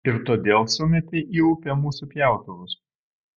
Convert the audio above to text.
ir todėl sumėtei į upę mūsų pjautuvus